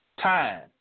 Time